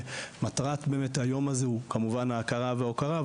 ובאמת מטרת היום הזה הוא כמובן ההכרה וההוקרה,